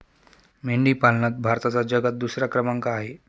मेंढी पालनात भारताचा जगात दुसरा क्रमांक आहे